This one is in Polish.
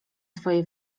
twoje